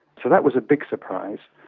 so that was a big surprise,